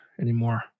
anymore